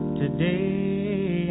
today